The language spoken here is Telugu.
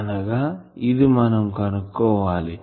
అనగా ఇది మనం కనుక్కోవాలి